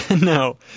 No